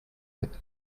that